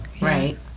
Right